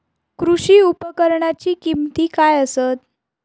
कृषी उपकरणाची किमती काय आसत?